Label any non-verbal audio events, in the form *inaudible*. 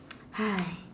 *noise*